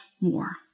more